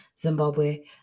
Zimbabwe